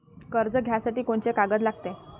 कर्ज घ्यासाठी कोनची कागद लागते?